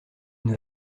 une